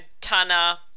Tana